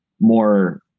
more